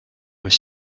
was